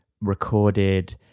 recorded